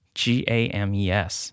g-a-m-e-s